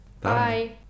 Bye